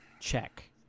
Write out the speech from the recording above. Check